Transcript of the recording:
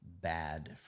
bad